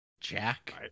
Jack